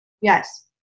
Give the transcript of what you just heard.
Yes